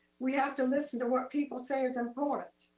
we have to listen to what people say is important.